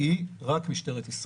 היא רק משטרת ישראל.